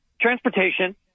transportation